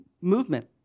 movement